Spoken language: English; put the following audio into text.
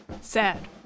sad